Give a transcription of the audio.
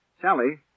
Sally